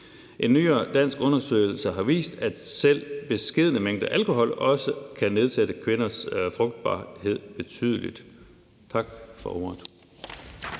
En nyere dansk undersøgelse har vist, at selv beskedne mængder alkohol ... kan nedsætte kvinders frugtbarhed betydeligt.« Tak for ordet.